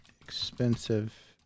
expensive